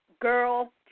girl